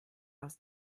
aus